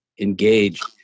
engaged